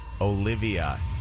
Olivia